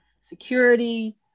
Security